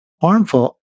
harmful